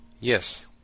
Yes